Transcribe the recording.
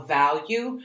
value